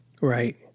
Right